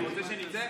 אתה רוצה שנצא?